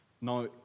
Now